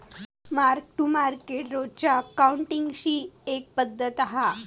mark to market रोजच्या अकाउंटींगची एक पद्धत हा